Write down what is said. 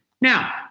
Now